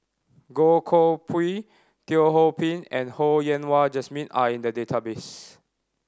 Goh Koh Pui Teo Ho Pin and Ho Yen Wah Jesmine are in the database